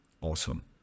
awesome